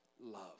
love